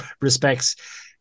respects